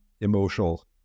emotional